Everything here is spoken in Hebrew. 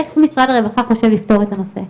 איך משרד הרווחה חושב לפתור את הנושא.